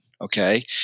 Okay